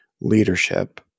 leadership